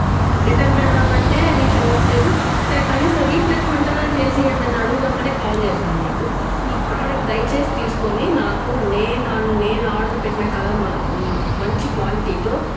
return పెడుదాం అంటే reach అవ్వట్లేదు సరే కనీసం రీప్లేస్మెంట్ అన్న చేసి ఇవ్వండి అని అడుగుదాం అనే కాల్ చేశాను మీకు ఈ ప్రోడక్ట్ దయచేసి తీసుకోని నాకు నేను నేను ఆర్డర్ పెట్టిన కలర్ మంచి క్వాలిటీతో